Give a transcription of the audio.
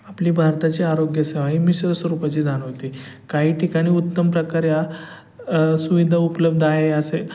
आपली भारताची आरोग्य सेवा ही मिसळ स्वरूपाची जाणवते काही ठिकाणी उत्तम प्रकारे आ सुविधा उपलब्ध आहे असे